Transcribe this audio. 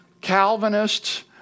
Calvinists